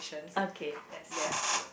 okay that's quite true